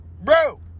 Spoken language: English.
bro